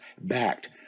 backed